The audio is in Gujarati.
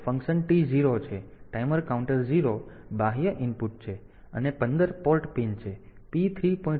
4 ફંક્શન T0 છે અને ટાઈમર કાઉન્ટર 0 બાહ્ય ઇનપુટ છે અને 15 પોર્ટ પિન છે P 3